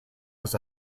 was